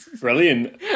Brilliant